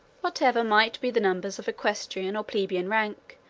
whatever might be the numbers of equestrian or plebeian rank,